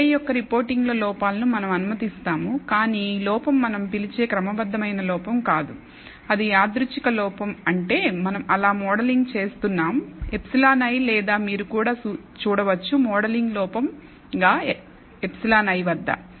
Yi యొక్క reporting లో లోపాలను మనం అనుమతిస్తాము కానీ లోపం మనం పిలిచే క్రమబద్ధమైన లోపం కాదు అది యాదృచ్ఛిక లోపం అంటే మనం అలా మోడలింగ్ చేస్తున్నాం ε i లేదా మీరు కూడా చూడవచ్చు మోడలింగ్ లోపంగా ε i వద్ద